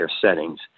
settings